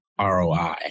ROI